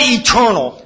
eternal